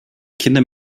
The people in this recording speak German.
kinder